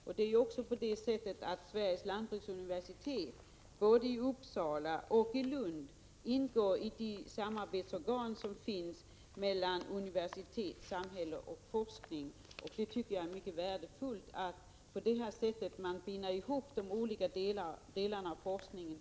Vidare är det ju så, att Sveriges lantbruksuniversitet — både i Uppsala och i Lund — ingår i de samarbetsorgan som finns för universitet, samhälle och forskning. Jag tycker att det är mycket värdefullt att man på detta sätt binder ihop de olika delarna av forskningen.